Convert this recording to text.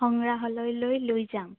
সংগ্ৰাহালয়লৈ লৈ যাম